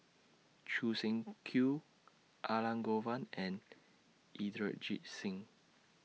Choo Seng Quee Elangovan and Inderjit Singh